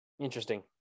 Interesting